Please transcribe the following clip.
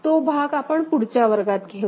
तर तो भाग आपण पुढच्या वर्गात घेऊ